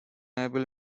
able